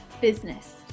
business